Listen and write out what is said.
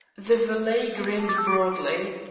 the valet grinned broadly.